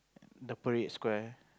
the Parade Square